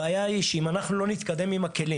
הבעיה היא שאנחנו צריכים להתקדם עם הכלים